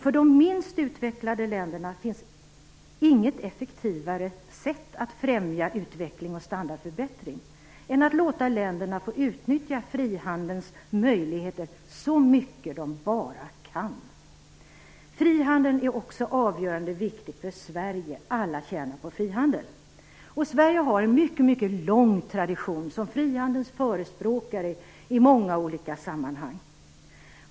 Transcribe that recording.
För de minst utvecklade länderna finns inget effektivare sätt att främja utveckling och standardförbättring än att låta länderna få utnyttja frihandelns möjligheter så mycket de bara kan. Frihandeln är också avgörande viktig för Sverige. Alla tjänar på frihandel. Sverige har en mycket, mycket lång tradition som frihandelns förespråkare i många olika sammanhang.